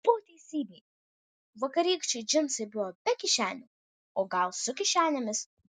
po teisybei vakarykščiai džinsai buvo be kišenių o gal su kišenėmis